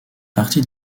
partie